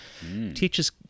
teaches